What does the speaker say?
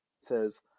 says